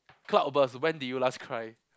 cloud burst when did you last cry